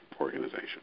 organization